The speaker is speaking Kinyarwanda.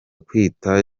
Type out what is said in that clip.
kwita